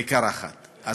בקרחת, בקרחת.